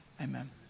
amen